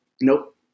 Nope